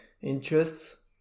interests